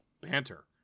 banter